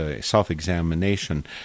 self-examination